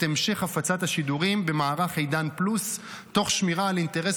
המשך הפצת השידורים במערך עידן פלוס תוך שמירה על אינטרס